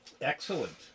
Excellent